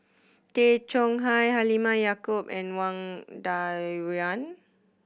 Tay Chong Hai Halimah Yacob and Wang Dayuan